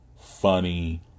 funny